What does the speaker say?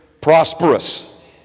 prosperous